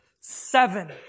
seven